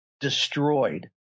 destroyed